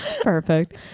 Perfect